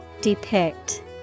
Depict